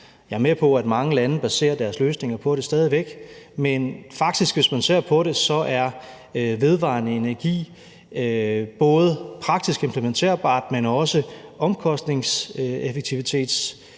Jeg er med på, at mange lande baserer deres løsninger på det stadig væk, men faktisk, hvis man ser på det, er vedvarende energi både praktisk implementerbart, men også omkostningseffektivitetsmæssigt